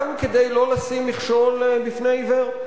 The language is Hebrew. גם כדי לא לשים מכשול בפני עיוור.